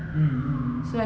mm mm mm